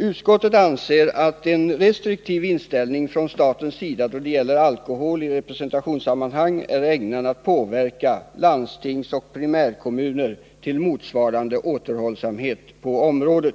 Utskottet anser att en restriktiv inställning från statens sida då det gäller alkohol i representationssammanhang är ägnad att påverka landstingsoch primärkommuner till motsvarande återhållsamhet på området.”